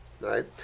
Right